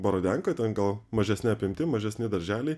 borodenkoj ten gal mažesne apimtim mažesni darželiai